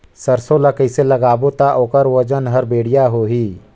सरसो ला कइसे लगाबो ता ओकर ओजन हर बेडिया होही?